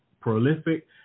prolific